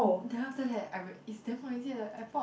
then after that I real~ it's damn noisy at the airport